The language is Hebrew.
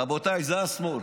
רבותיי, זה השמאל.